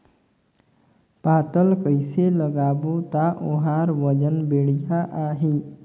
पातल कइसे लगाबो ता ओहार वजन बेडिया आही?